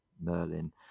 Merlin